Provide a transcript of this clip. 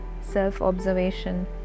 self-observation